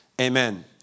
Amen